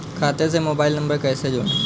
खाते से mobile number कैसे जोड़ें?